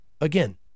again